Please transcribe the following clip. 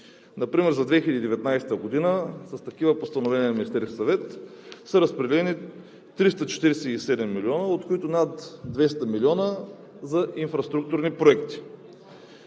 Например за 2019 г. с такива постановления на Министерския съвет са разпределени 347 млн. лв., от които над 200 млн. лв. за инфраструктурни проекти.